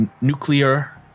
nuclear